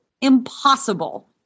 impossible